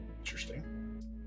Interesting